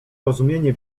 rozumienie